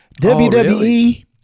WWE